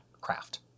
craft